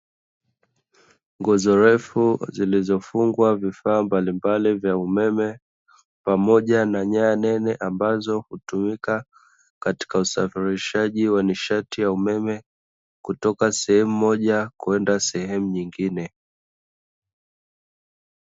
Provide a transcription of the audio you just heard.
Nguzo refu zilizofungwa vifaa mbalimbali vya umeme, pamoja na nyaya nene ambazo hutumika katika usafirishaji wa nishati ya umeme kutoka sehemu moja kwenda sehemu nyingine.